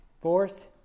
Fourth